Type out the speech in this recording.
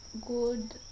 good